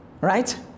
right